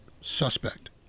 suspect